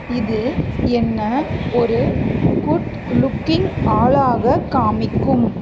இது என்னை ஒரு குட் லுக்கிங் ஆளாக காமிக்கும்